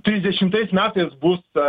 trisdešimtais metais bus